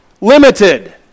limited